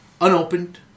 unopened